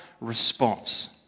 response